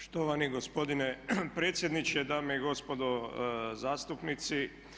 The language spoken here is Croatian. Štovani gospodine predsjedniče, dame i gospodo zastupnici.